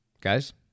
guys